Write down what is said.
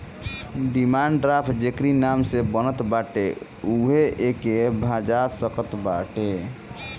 demand draft जेकरी नाम से बनत बाटे उहे एके भुना सकत बाटअ